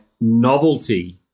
novelty